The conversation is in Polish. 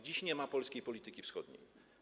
Dziś nie ma polskiej polityki wschodniej.